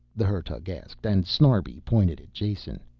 the hertug asked and snarbi pointed at jason.